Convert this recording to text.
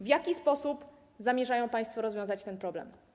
W jaki sposób zamierzają państwo rozwiązać ten problem?